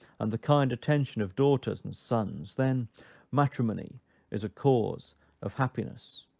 and the kind attention of daughters and sons then matrimony is a cause of happiness.